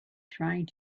trying